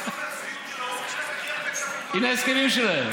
כסף קואליציוני, הינה ההסכמים שלהם.